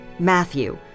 Matthew